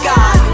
God